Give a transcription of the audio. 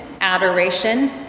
adoration